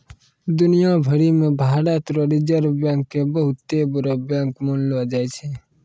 दुनिया भरी मे भारत रो रिजर्ब बैंक के बहुते बड़ो बैंक मानलो जाय छै